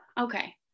Okay